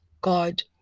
God